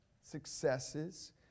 Successes